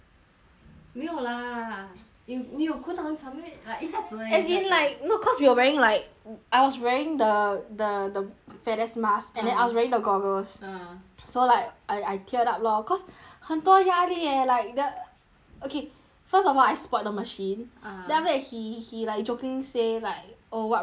没有啦你你有哭当场 meh like 一下子而已一下子 as you in like no cause we were wearing like I was wearing the the the fat ass mask ah and then I was wearing the goggles ah so like I I teared up lor cause 很多压力 leh like th~ okay first of all I spot 的 machine ah then after that he he like joking say like oh what rubbish is this